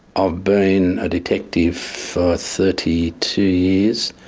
i've been a detective for thirty two years,